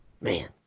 Man